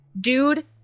dude